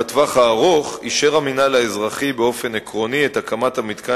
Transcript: בטווח הארוך אישר המינהל האזרחי באופן עקרוני את הקמת המתקן